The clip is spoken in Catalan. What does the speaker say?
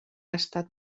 estat